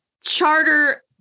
charter